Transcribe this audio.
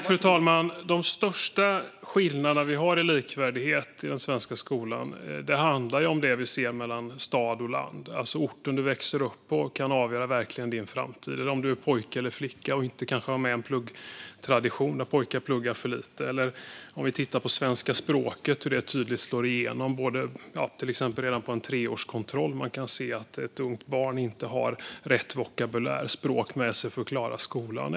Fru talman! De största skillnaderna vi har i likvärdighet i den svenska skolan handlar om det vi ser mellan stad och land. Orten man växer upp på kan verkligen avgöra ens framtid. Den kan avgöras av om man är pojke eller flicka och kanske inte har med sig en pluggtradition; pojkar pluggar för lite. Vi ser tydligt hur detta slår igenom när vi tittar på det svenska språket - redan vid en treårskontroll går det att se att ett barn inte har rätt vokabulär eller språk med sig för att klara skolan.